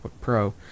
Pro